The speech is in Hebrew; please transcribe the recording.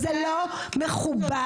זה לא מכובד.